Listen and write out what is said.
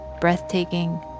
breathtaking